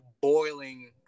boiling